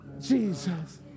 Jesus